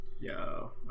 Yo